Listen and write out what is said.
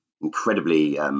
incredibly